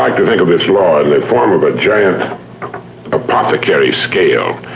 like to think of this law as form of a giant apothecary scale.